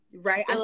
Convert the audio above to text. right